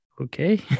Okay